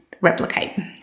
replicate